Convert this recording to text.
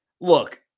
look